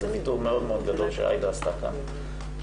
זה ויתור מאוד מאוד גדול שעאידה עשתה כאן ונמשיך